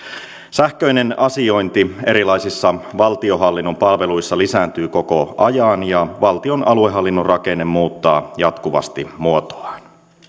sähköinen asiointi erilaisissa valtionhallinnon palveluissa lisääntyy koko ajan ja valtion aluehallinnon rakenne muuttaa jatkuvasti muotoaan